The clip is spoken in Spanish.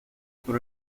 por